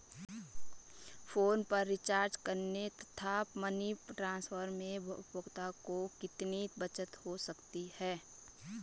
Phone पर recharge करने तथा मनी ट्रांसफर में उपभोक्ता को कितनी बचत हो सकती है?